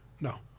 No